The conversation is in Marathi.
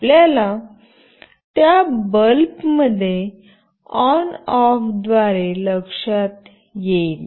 आपल्याला त्या बल्बमध्ये ऑन ऑफद्वारे लक्षात येईल